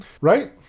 Right